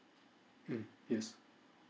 mm yes